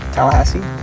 Tallahassee